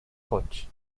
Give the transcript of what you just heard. coach